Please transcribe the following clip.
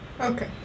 Okay